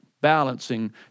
balancing